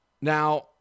Now